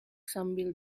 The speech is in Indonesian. sambil